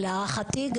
להערכתי,